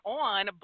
on